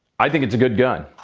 i think it's a good gun.